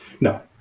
No